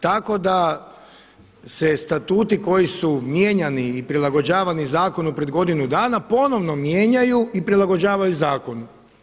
Tako da se statuti koji su mijenjani i prilagođavani zakonu pred godinu dana ponovno mijenjaju i prilagođavaju zakonu.